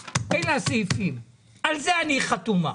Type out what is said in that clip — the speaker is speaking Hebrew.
אלה הסעיפים, על זה אני חתומה,